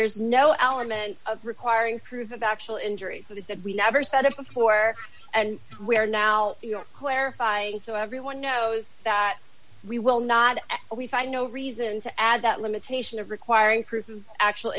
there's no element of requiring proof of actual injuries so they said we never said it before and we are now your clarify so everyone knows that we will not we find no reason to add that limitation of requiring proof of actual